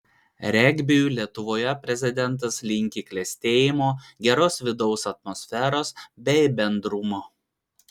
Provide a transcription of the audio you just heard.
regbiui lietuvoje prezidentas linki klestėjimo geros vidaus atmosferos bei bendrumo